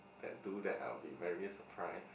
that do that I would be very surprised